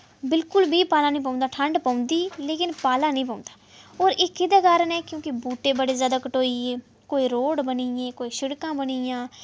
बिल्कुल बी पाला निं पौंदा ठंड पौंदी लेकिन पाला निं पौंदा होर इक एह्दा कारण ऐ कि बूह्टे बड़े जैदा कटोईये कोई रोड़ बनिये कोई शिडकां बनी आं